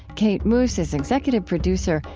kate moos is executive producer.